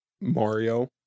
Mario